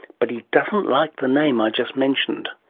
but he doesn't like the name i just mentioned.